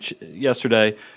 yesterday